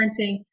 parenting